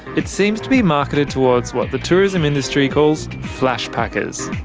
it seems to be marketed towards what the tourism industry calls flashpackers.